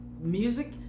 Music